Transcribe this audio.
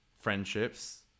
friendships